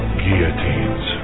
guillotines